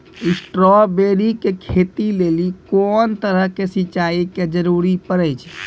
Strawberry के खेती लेली कोंन तरह के सिंचाई के जरूरी पड़े छै?